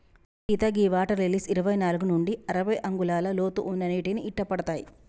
సీత గీ water lilies ఇరవై నాలుగు నుండి అరవై అంగుళాల లోతు ఉన్న నీటిని ఇట్టపడతాయి